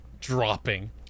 Dropping